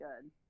good